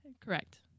Correct